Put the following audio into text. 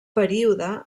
període